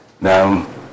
Now